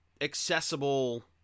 accessible –